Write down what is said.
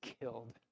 killed